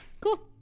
Cool